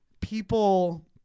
people